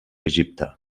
egipte